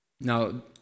Now